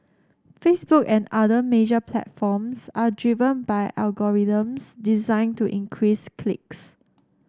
Facebook and other major platforms are driven by algorithms designed to increase clicks